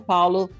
Paulo